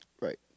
Right